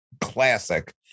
classic